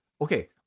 Okay